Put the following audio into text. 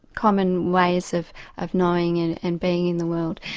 common ways of of knowing and and being in the world,